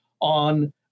on